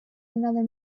another